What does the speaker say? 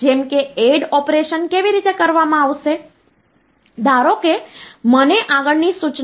તેથી ત્યાં કંઈક આપણે પ્રોસેસર નું શબ્દ કદ કહીએ છીએ મને માફ કરજો